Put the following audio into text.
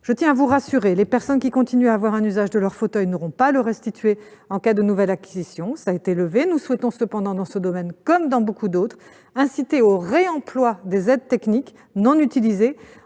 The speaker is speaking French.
Je tiens à vous rassurer, les personnes qui continuent à avoir un usage de leur fauteuil n'auront pas à le restituer en cas de nouvelle acquisition. Nous souhaitons cependant dans ce domaine, comme dans beaucoup d'autres, inciter au réemploi des aides techniques non utilisées,